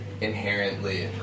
inherently